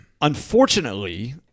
unfortunately